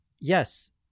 yes